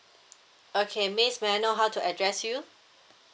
okay miss may I know how to address you